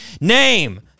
Name